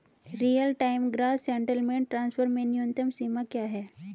Real time gross settlement transfer में न्यूनतम सीमा क्या है?